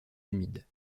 humides